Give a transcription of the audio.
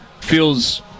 feels